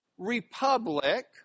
Republic